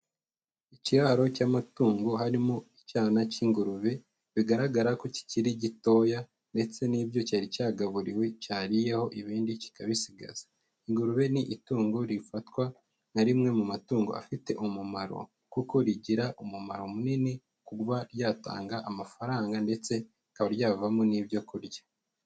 Ikiraro cy'amatungo, harimo icyana cy'ingurube, bigaragara ko kikiri gitoya, ndetse n'ibyo cyari cyagaburiwe, cyariyeho ibindi cyikabisigaza, ingurube ni itungo rifatwa nka rimwe mu matungo afite umumaro, kuko rigira umumaro munini, kuba ryatanga amafaranga, ndetse rikaba ryavamo n'ibyo kurya.